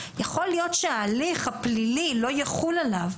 יכול להיות שההליך הפלילי לא יחול עליו.